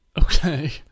Okay